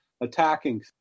attacking